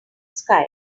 sky